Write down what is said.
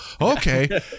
okay